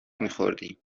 میخوردیم